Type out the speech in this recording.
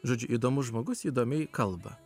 žodžiu įdomus žmogus įdomiai kalba